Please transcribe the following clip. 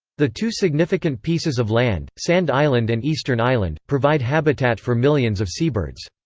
the two significant pieces of land, sand island and eastern island, provide habitat for millions of seabirds.